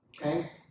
Okay